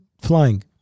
flying